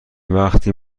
وقتی